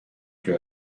یورو